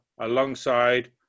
alongside